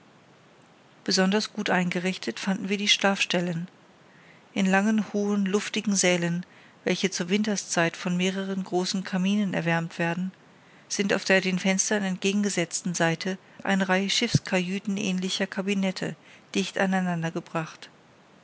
besonders gut eingerichtet fanden wir die schlafstellen in langen hohen luftigen sälen welche zur winterszeit von mehreren großen kaminen erwärmt werden sind auf der den fenstern entgegengesetzten seite eine reihe schiffskajüten ähnlicher kabinette dicht aneinander